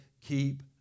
Keep